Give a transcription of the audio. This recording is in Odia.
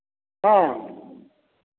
ହଁ